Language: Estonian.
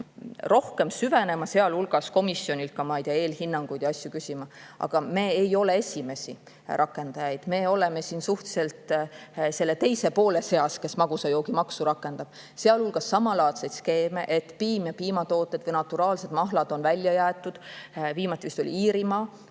rohkem süvenema, sealhulgas komisjonilt ka, ma ei tea, eelhinnanguid ja asju küsima. Aga me ei ole esimesed rakendajad. Me oleme suhteliselt teise poole seas, kes magusa joogi maksu rakendab, sealhulgas samalaadset skeemi, et piim, piimatooted ja naturaalne mahl on välja jäetud. Viimati vist tegi seda Iirimaa,